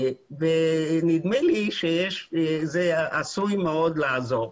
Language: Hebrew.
נדמה לי שזה עשוי מאוד לעזור.